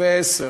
ועשר.